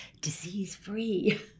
disease-free